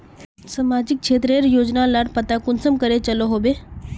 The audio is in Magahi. सामाजिक क्षेत्र रेर योजना लार पता कुंसम करे चलो होबे?